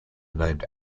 named